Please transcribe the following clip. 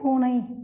பூனை